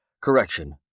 Correction